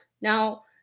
Now